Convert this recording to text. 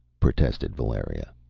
protested valeria.